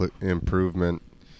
improvement